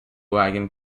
wagon